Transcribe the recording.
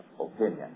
opinion